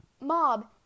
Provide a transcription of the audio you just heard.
mob